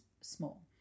small